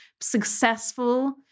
successful